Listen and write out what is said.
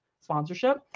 sponsorship